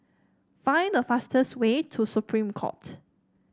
find the fastest way to Supreme Court